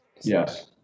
Yes